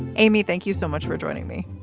amy thank you so much for joining me.